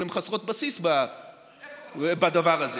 אבל הן חסרות בסיס בדבר הזה.